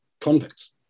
convicts